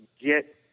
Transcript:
get